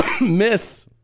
Miss